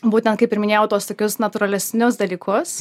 būtent kaip ir minėjau tuos tokius natūralesnius dalykus